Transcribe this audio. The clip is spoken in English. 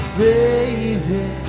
baby